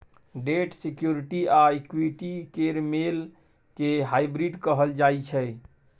date security आ equity केर मेल केँ हाइब्रिड कहल जाइ छै